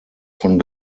von